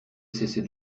cessez